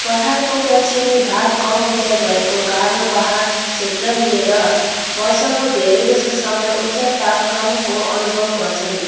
पठारको पश्चिमी भाग कम उँचाइ भएको गारो पाहाड क्षेत्र मिलेर वर्षको धेरैजसो समय उच्च तापक्रमको अनुभव गर्छन्